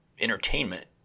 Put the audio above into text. entertainment